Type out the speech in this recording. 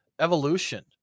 evolution